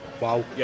wow